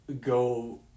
go